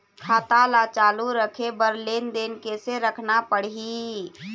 खाता ला चालू रखे बर लेनदेन कैसे रखना पड़ही?